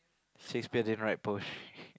Shakespeare didn't write poetry